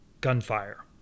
gunfire